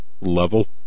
level